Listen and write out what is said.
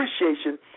appreciation